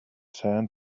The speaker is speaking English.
sand